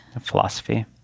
Philosophy